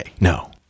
No